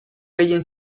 gehien